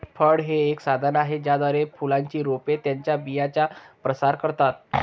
फळे हे एक साधन आहे ज्याद्वारे फुलांची रोपे त्यांच्या बियांचा प्रसार करतात